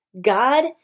God